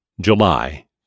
July